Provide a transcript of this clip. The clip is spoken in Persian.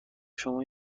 شما